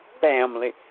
family